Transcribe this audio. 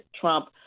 Trump